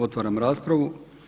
Otvaram raspravu.